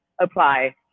apply